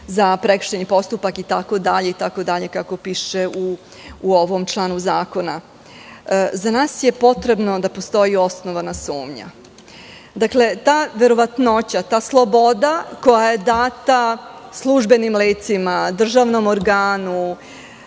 za prekršajni postupak itd, kako piše u ovom članu zakona. Za nas je potrebno da postoji osnovana sumnja. Dakle, ta verovatnoća, ta sloboda koja je data službenim licima, državnom organu